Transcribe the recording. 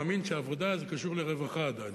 מאמין שעבודה קשורה לרווחה עדיין,